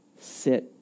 Sit